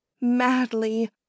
madly